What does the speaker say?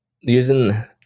using